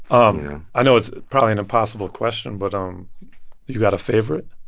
um i know it's probably an impossible question, but um you got a favorite.